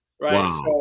Right